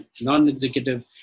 non-executive